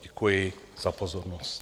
Děkuji za pozornost.